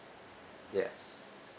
yes